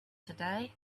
today